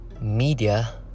media